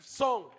song